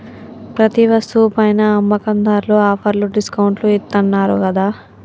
ప్రతి వస్తువు పైనా అమ్మకందార్లు ఆఫర్లు డిస్కౌంట్లు ఇత్తన్నారు గదా